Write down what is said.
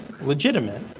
legitimate